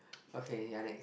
okay ya next